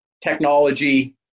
technology